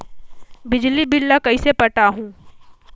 बिजली बिल ल कइसे पटाहूं?